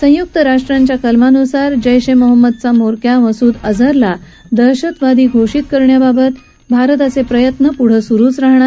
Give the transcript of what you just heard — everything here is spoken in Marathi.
संयुक्त राष्ट्रांच्या कलमांनुसार जैश ए मोहम्मदचा म्होरक्या मसूद अजहरला दहशतवादी घोषित करण्याबाबत भारताचे प्रयत्न सातत्यानं सुरुच राहणार